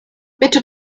bitte